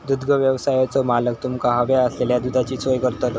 दुग्धव्यवसायाचो मालक तुमका हव्या असलेल्या दुधाची सोय करतलो